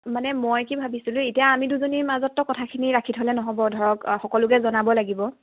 মানে মই কি ভাবিছিলোঁ এতিয়া আমি দুজনীৰ মাজততো কথাখিনি ৰাখি থ'লে নহব ধৰক সকলোকে জনাব লাগিব